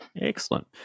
Excellent